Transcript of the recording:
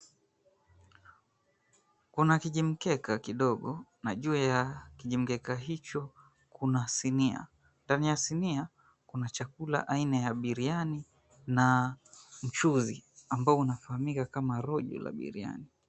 Kuna kijimkeka kidogo, juu ya kijimkeka hicho kuna sinia. Ndani ya sinia kuna chakula aina ya biriani na mchuzi ambao unafahamika kama rojo la biriani.